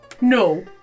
No